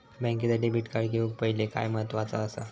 बँकेचा debit card घेउक पाहिले काय महत्वाचा असा?